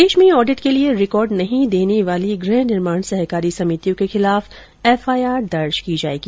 प्रदेश में ऑडिट के लिए रिकॉर्ड नही देने वाली गृह निर्माण सहकारी समितियों के खिलाफ एफआईआर दर्ज की जाएगी